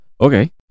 Okay